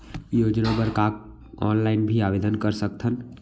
योजना बर का ऑनलाइन भी आवेदन कर सकथन?